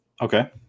Okay